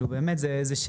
זו באמת שאלה.